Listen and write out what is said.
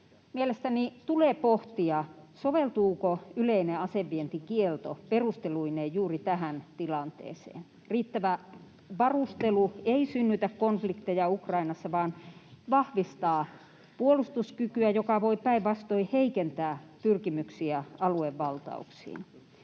Mielestäni tulee pohtia, soveltuuko yleinen asevientikielto perusteluineen juuri tähän tilanteeseen. Riittävä varustelu ei synnytä konflikteja Ukrainassa vaan vahvistaa puolustuskykyä, joka voi päinvastoin heikentää pyrkimyksiä aluevaltauksiin.